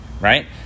right